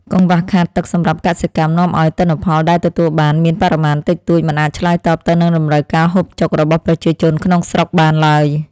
កង្វះខាតទឹកសម្រាប់កសិកម្មនាំឱ្យទិន្នផលដែលទទួលបានមានបរិមាណតិចតួចមិនអាចឆ្លើយតបទៅនឹងតម្រូវការហូបចុករបស់ ប្រជាជនក្នុងស្រុកបានឡើយ។